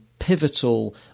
pivotal